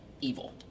evil